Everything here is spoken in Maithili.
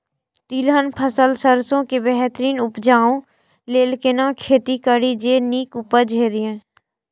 तिलहन फसल सरसों के बेहतरीन उपजाऊ लेल केना खेती करी जे नीक उपज हिय?